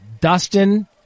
Dustin